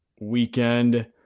weekend